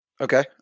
Okay